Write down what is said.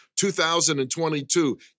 2022